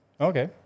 Okay